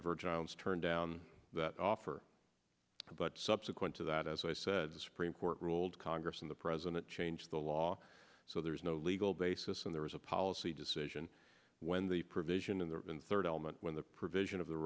the virgin islands turned down that offer but subsequent to that as i said the supreme court ruled congress and the president changed the law so there is no legal basis and there was a policy decision when the provision in the third element when the provision of the